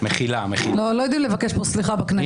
לא יודעים לבקש פה סליחה בכנסת.